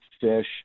fish